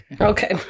Okay